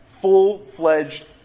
full-fledged